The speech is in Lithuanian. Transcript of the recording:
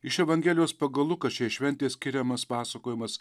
iš evangelijos pagal luką šiai šventės skiriamas pasakojimas